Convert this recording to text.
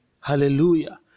Hallelujah